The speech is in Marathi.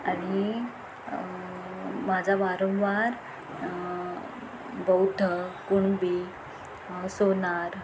आणि माझा वारंवार बौद्ध कुणबी सोनार